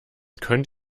könnt